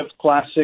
classic